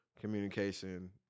communication